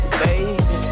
baby